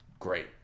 Great